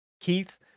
Keith